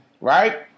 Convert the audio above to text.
Right